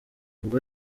ubwo